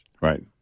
Right